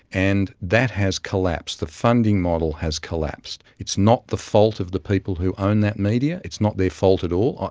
and that has collapsed. the funding model has collapsed. it's not the fault of the people who own that media, it's not their fault at all.